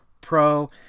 Pro